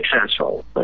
successful